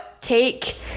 take